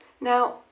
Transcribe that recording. Now